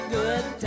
good